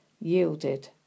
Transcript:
yielded